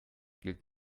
gilt